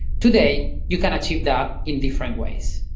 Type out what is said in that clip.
today, you can achieve that in different ways.